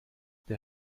der